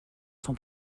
sont